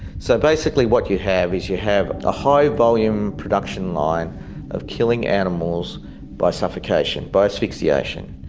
so basically what you have is you have a high volume production line of killing animals by suffocation, by asphyxiation.